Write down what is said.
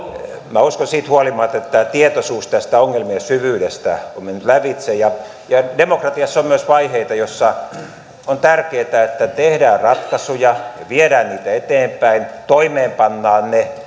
minä uskon siitä huolimatta että tämä tietoisuus tästä ongelmien syvyydestä on mennyt lävitse ja ja demokratiassa on myös vaiheita joissa on tärkeätä että tehdään ratkaisuja ja viedään niitä eteenpäin toimeenpannaan ne